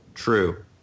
true